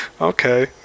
okay